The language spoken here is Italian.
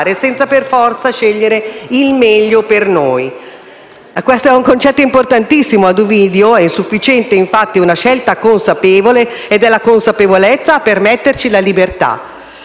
senza per forza scegliere il meglio per noi. Questo è un concetto importantissimo. Ad Ovidio è sufficiente, infatti, una scelta consapevole ed è la consapevolezza a permetterci la libertà.